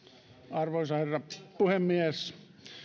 arvoisa herra puhemies